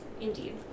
Indeed